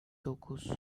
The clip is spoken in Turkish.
dokuz